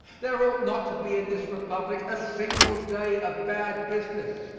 there ought not to be in this republic a single day of bad business,